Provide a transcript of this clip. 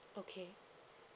okay